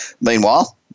Meanwhile